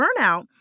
Burnout